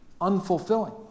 unfulfilling